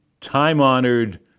time-honored